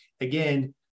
again